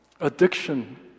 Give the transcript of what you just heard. addiction